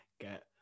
get